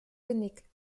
genick